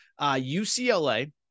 UCLA